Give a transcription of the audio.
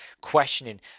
questioning